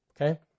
Okay